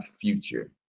future